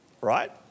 Right